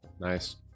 Nice